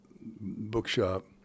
Bookshop